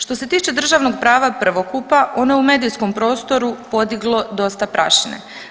Što se tiče državnog prava prvokupa ono je u medijskom prostoru podiglo dosta prašine.